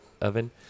oven